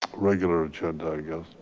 regular agenda